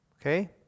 Okay